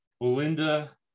Belinda